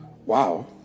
Wow